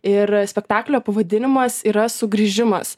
ir spektaklio pavadinimas yra sugrįžimas